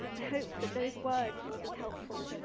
hope that those words will be helpful.